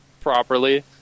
properly